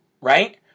right